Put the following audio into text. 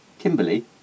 Kimberly